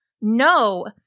No